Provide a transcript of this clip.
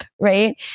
right